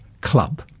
club